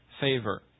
Favor